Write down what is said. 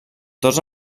tots